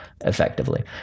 effectively